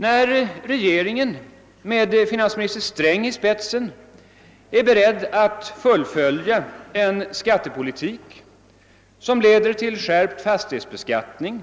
När regeringen med finansminister Sträng i spetsen är beredd att fullfölja en skattepolitik som leder till skärpt = fastighetsbeskattning,